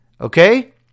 Okay